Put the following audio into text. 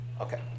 Okay